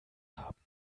haben